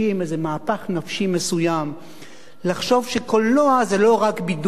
איזה מהפך נפשי מסוים לחשוב שקולנוע זה לא רק בידור,